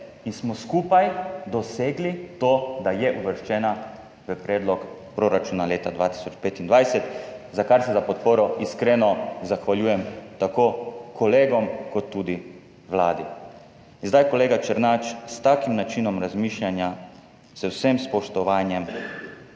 in smo skupaj dosegli to, da je uvrščena v predlog proračuna leta 2025, za kar se, za podporo, iskreno zahvaljujem tako kolegom kot tudi vladi. Kolega Černač, s takim načinom razmišljanja, z vsem spoštovanjem,